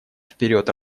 вперед